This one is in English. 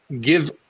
give